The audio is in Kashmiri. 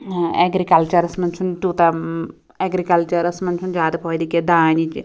ٲں ایٚگرِکَلچَرَس مَنٛز چھُنہٕ تیٛوٗتاہ ایٚگرِکَلچَرَس مَنٛز چھُنہٕ زیٛادٕ فٲیدٕ کیٚنٛہہ دانہِ